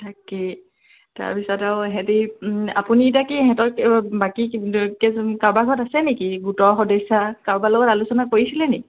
তাকে তাৰ পিছত আৰু সিহঁতি আপুনি এতিয়া কি সিহঁতক বাকী কাৰোবাৰ ঘৰত আছে নেকি গোটৰ সদস্যা কাৰোবাৰ লগত আলোচনা কৰিছিলে নেকি